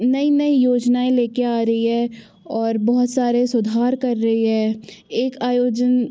नई नई योजनाएँ लेकर आ रही है और बहुत सारे सुधार कर रही है एक आयोजन